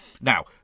Now